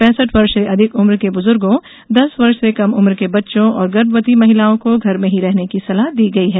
पैंसठ वर्ष से अधिक उम्र के बुजुर्गों दस वर्ष से कम उम्र के बच्चों और गर्भवती महिलाओं को घर में ही रहने की सलाह दी गयी है